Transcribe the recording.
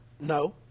No